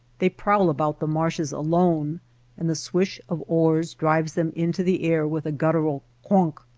they prowl about the marshes alone and the swish of oars drives them into the air with a guttural quowk.